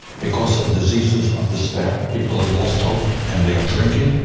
because of diseases of despair. people have lost hope and they are drinking,